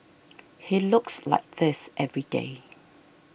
he looks like this every day